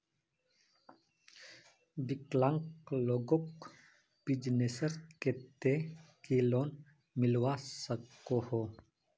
विकलांग लोगोक बिजनेसर केते की लोन मिलवा सकोहो?